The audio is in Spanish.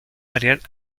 variar